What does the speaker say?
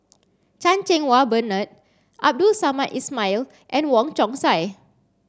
Chan Cheng Wah Bernard Abdul Samad Ismail and Wong Chong Sai